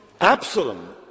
Absalom